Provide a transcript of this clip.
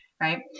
right